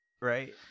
right